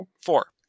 Four